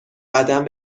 قدم